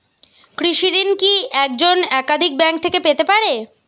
কৃষিঋণ কি একজন একাধিক ব্যাঙ্ক থেকে পেতে পারে?